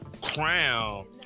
crown